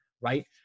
Right